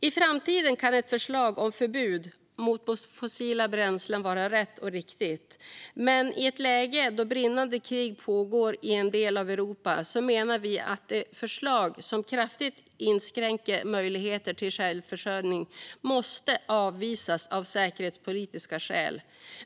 I framtiden kan ett förslag om förbud mot fossila bränslen vara rätt och riktigt, men i ett läge då brinnande krig pågår i en del av Europa menar vi att förslag som kraftigt inskränker möjligheter till självförsörjning måste avvisas av säkerhetspolitiska skäl.